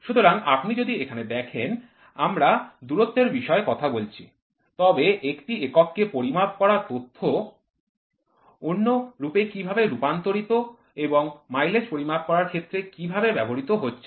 সুতরাং আপনি যদি এখানে দেখেন আমরা দূরত্বের বিষয়ে কথা বলছি তবে একটি এককে পরিমাপ করা তথ্য অন্য রূপে কিভাবে রূপান্তরিত হচ্ছে এবং মাইলেজ পরিমাপ করার ক্ষেত্রে কিভাবে ব্যবহৃত হচ্ছে